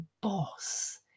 boss